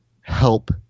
help